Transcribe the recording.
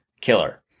Killer